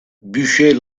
buchez